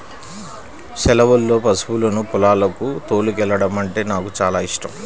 సెలవుల్లో పశువులను పొలాలకు తోలుకెల్లడమంటే నాకు చానా యిష్టం